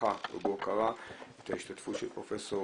בברכה ובהוקרה את ההשתתפות של פרופ'